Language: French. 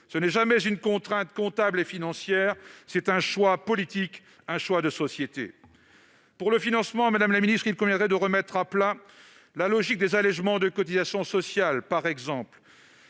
C'est non pas une contrainte comptable et financière, mais un choix politique, un choix de société. Pour le financement, il conviendrait de remettre à plat la logique des allégements de cotisations sociales, par exemple.